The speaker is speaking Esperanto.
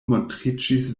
montriĝis